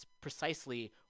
precisely